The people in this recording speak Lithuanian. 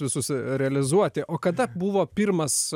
visus realizuoti o kada buvo pirmas